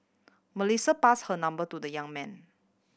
Melissa passed her number to the young man